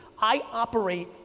i operate,